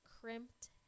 crimped